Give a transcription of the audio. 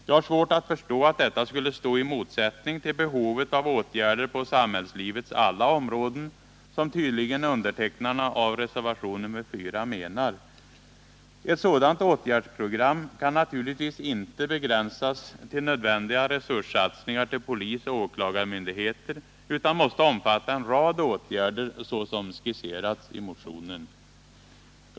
Jag har svårt att förstå att detta skulle stå i motsättning till behovet av åtgärder på samhällslivets alla områden, som tydligen undertecknarna av reservationen 4 menar. Ett sådant åtgärdsprogram kan naturligtvis inte begränsas till nödvändiga resurssatsningar till polisoch åklagarmyndigheter utan måste omfatta en rad åtgärder, såsom skisserats i motionen.